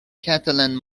catalan